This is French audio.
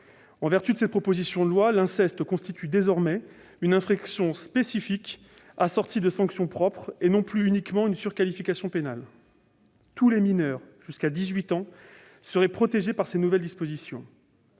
En vertu de cette proposition de loi, l'inceste constitue désormais une infraction spécifique, assortie de sanctions propres, et non plus uniquement une surqualification pénale. Tous les mineurs jusqu'à 18 ans seraient protégés par ces nouvelles dispositions.